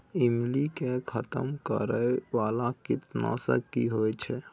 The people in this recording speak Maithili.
ईमली के खतम करैय बाला कीट नासक की होय छै?